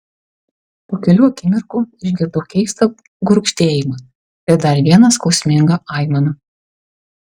po kelių akimirkų išgirdau keistą gurgždėjimą ir dar vieną skausmingą aimaną